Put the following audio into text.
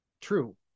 true